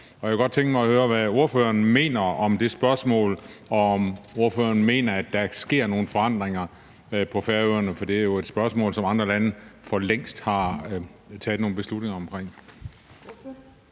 og jeg kunne godt tænke mig at høre, hvad ordføreren mener om det spørgsmål, og om ordføreren mener, at der sker nogle forandringer på Færøerne, for det er jo et spørgsmål, som andre lande for længst har taget nogle beslutninger omkring.